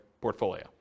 portfolio